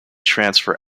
transfer